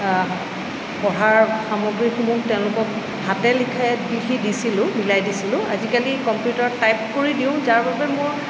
পঢ়াৰ সামগ্ৰীসমূহ তেওঁলোকক হাতে লিখে লিখি দিছিলোঁ বিলাই দিছিলোঁ আজিকালি কম্পিউটাৰত টাইপ কৰি দিওঁ যাৰ বাবে মোৰ